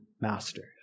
masters